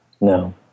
No